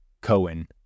Cohen